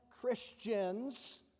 Christians